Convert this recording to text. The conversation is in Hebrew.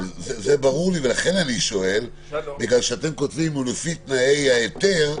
זה ברור לי ולכן אני שואל בגלל שאתם כותבים ולפי תנאי ההיתר.